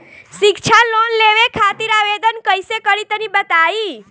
शिक्षा लोन लेवे खातिर आवेदन कइसे करि तनि बताई?